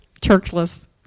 churchless